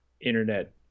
internet